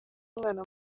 umwana